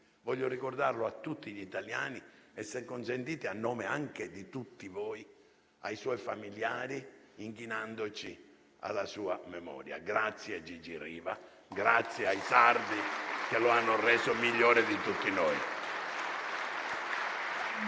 Voglio ricordarlo a tutti gli italiani e, se me lo consentite, anche a nome di tutti voi, ai suoi familiari, inchinandoci alla sua memoria. Grazie, Gigi Riva. Grazie ai sardi che lo hanno reso migliore di tutti noi.